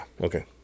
okay